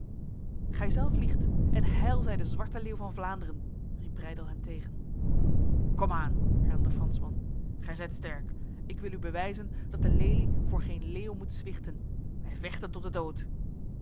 gijzelf liegt en heil zij de zwarte leeuw van vlaanderen riep breydel hem tegen komaan hernam de fransman gij zijt sterk ik wil u bewijzen dat de lelie voor geen leeuw moet zwichten wij vechten tot de dood